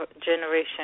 generation